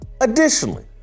Additionally